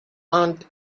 aunt